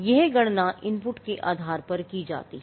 यह गणना इनपुट के आधार पर की जाती है